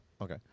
okay